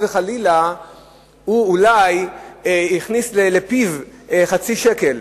וחלילה הוא אולי הכניס לפיו חצי שקל.